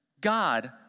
God